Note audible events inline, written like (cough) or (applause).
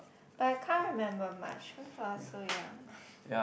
but I can't remember much cause I was so young (breath)